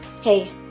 Hey